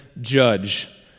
judge